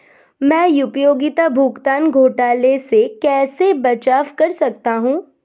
मैं उपयोगिता भुगतान घोटालों से कैसे बचाव कर सकता हूँ?